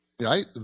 right